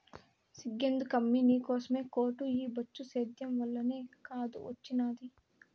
సిగ్గెందుకమ్మీ నీకోసమే కోటు ఈ బొచ్చు సేద్యం వల్లనే కాదూ ఒచ్చినాది